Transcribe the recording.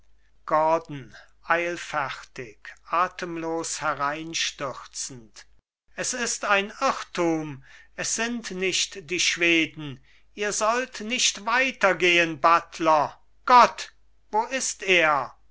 gordon eilfertig atemlos hereinstürzend es ist ein irrtum es sind nicht die schweden ihr sollt nicht weitergehen buttler gott wo ist er